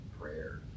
prayer